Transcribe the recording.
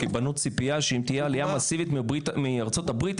כי בנו ציפייה שאם תהיה עלייה מסיבית מארצות הברית,